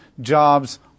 jobs